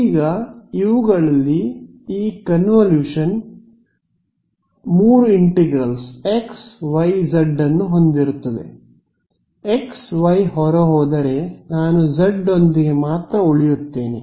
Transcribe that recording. ಈಗ ಇವುಗಳಲ್ಲಿ ಈ ಕನ್ವಲ್ಯೂಷನ್ 3 ಇಂಟಿಗ್ರಲ್ಸ್ xyz ಅನ್ನು ಹೊಂದಿರುತ್ತದೆ x y ಹೊರಹೋದರೆ ನಾನು z ಒಂದಿಗೆ ಮಾತ್ರ ಉಳಿಯುತ್ತೇನೆ